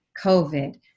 covid